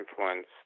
influence